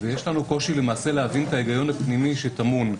ויש לנו קושי להבין את ההיגיון הפנימי שטמון.